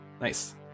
Nice